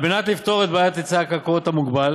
כדי לפתור את בעיית היצע הקרקעות המוגבל